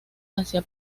hacia